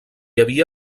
havia